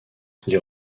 les